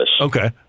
Okay